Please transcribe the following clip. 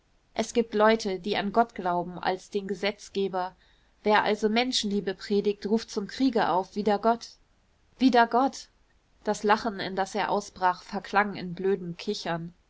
es gibt leute die an gott glauben als den gesetzgeber wer also menschenliebe predigt ruft zum kriege auf wider gott wider gott das lachen in das er ausbrach verklang in blödem kichern